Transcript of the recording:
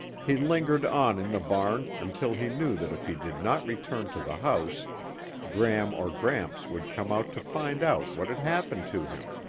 he lingered on in the barn until he knew that if he did not return to the house gram or gramps would come out to find out what had happened to him.